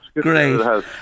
Great